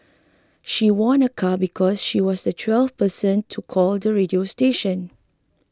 she won a car because she was the twelfth person to call the radio station